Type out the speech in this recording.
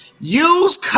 Use